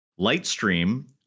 Lightstream